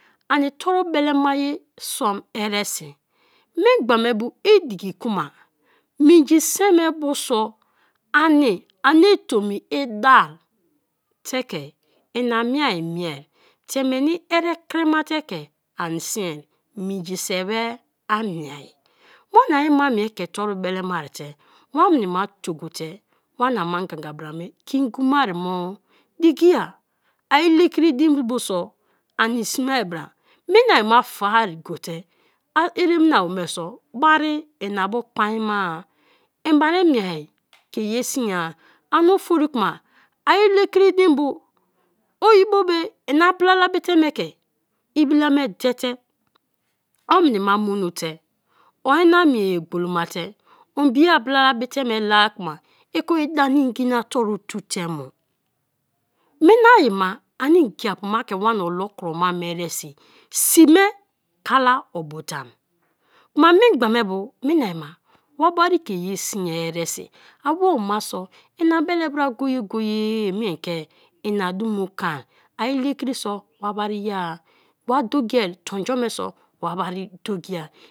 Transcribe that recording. Ani toru belema ye sum eresi memgba me bu i diki kuma minji se me bu so ani ani tomi idai te ke ina miea mie te meni ere kri ma te ke an siari minji se be a miea, wanai ma mie ke tor bele ma te wamna ma te gote wamna ma ganga bra me ke ingwa mo? Di ki a ai lekri dein bo so ani smea bra mina ma fai gote eremna wome so bari ina bu kpain mai, en bari miea ke ye siai ani fori k'ma i lekri dei bu oyibo be, en; ablala bite me ke ibila me de te omni ma mono te ona mie ye gbolo mate; obie ibila me la-a kuma i ko ida na ngina toru tuu te mo minai ma ini ngiapu ma ke wana olo kroma me eresi; sime kala obu dam k'ma memgba me bu minai ma wa bara ke ye siai eresi awoma so ena bele bra go-go-ye me ke ina dumo kon; i lekri so wa bai ye-a, wa dokia tonjo me so wa bari doki-a.